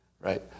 right